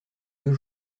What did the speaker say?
deux